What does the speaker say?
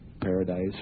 paradise